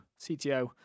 CTO